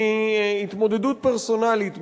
מהתמודדות פרסונלית,